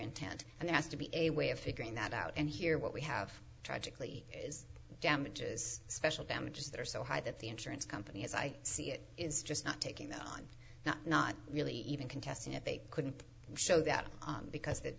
intent and there has to be a way of figuring that out and here what we have tragically is damages special damages that are so high that the insurance company as i see it is just not taking that on not really even contesting it they couldn't show that because